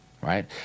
right